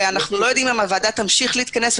אנחנו לא יודעים אם הוועדה תמשיך להתכנס.